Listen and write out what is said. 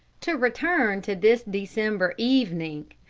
to return to this december evening.